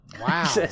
Wow